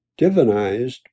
divinized